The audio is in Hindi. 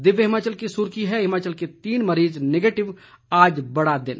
दिव्य हिमाचल की सुर्खी है हिमाचल के तीन मरीज नेगेटिव आज बड़ा दिन